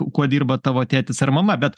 kuo dirba tavo tėtis ar mama bet